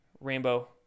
Rainbow